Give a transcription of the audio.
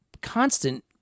constant